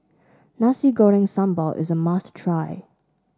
Nasi Goreng Sambal is a must try